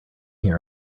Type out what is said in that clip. here